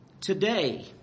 Today